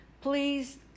please